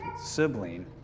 sibling